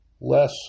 less